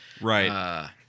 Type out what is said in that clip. Right